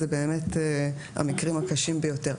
אלה באמת המקרים הקשים ביותר.